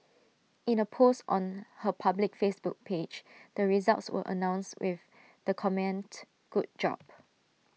in A post on her public Facebook page the results were announced with the comment good job